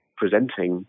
presenting